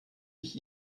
ich